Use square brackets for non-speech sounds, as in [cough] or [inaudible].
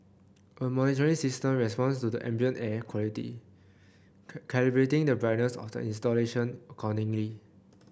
a monitoring system responds to the ambient air quality [unintelligible] calibrating the brightness of the installation accordingly